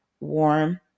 warm